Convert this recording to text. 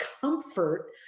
comfort